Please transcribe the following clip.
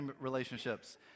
relationships